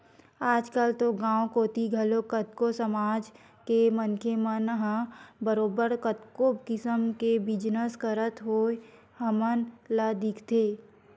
आजकल तो गाँव कोती घलो कतको समाज के मनखे मन ह बरोबर कतको किसम के बिजनस करत होय हमन ल दिखथे